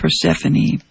Persephone